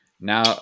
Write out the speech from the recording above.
Now